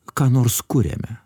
ką nors kuriame